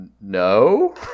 no